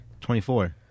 24